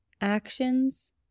actions